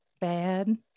bad